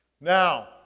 Now